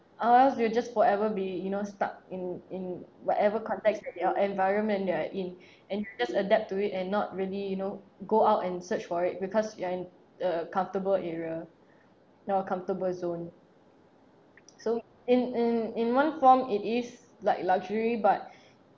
or else you will just forever be you know stuck in in whatever context or your environment you are in and just adapt to it and not really you know go out and search for it because you are in a comfortable area or comfortable zone so in in in one form it is like luxury but